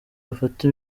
bafata